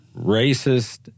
racist